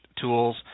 tools